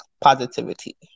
positivity